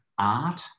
art